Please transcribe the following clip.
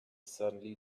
suddenly